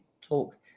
talk